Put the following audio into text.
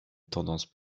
tendance